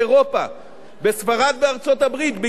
בספרד, באיטליה וביוון,